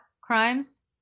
crimes